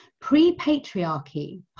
Pre-patriarchy